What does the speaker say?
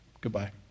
Goodbye